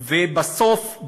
ובסוף,